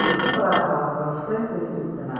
ᱩᱱᱠᱩ ᱯᱟᱨᱟ ᱦᱚᱲ ᱦᱚᱸ ᱨᱟᱹᱥᱠᱟᱹ ᱜᱮᱠᱚ ᱦᱤᱡᱩᱜ ᱠᱟᱱᱟ